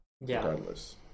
regardless